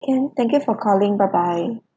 can thank you for calling bye bye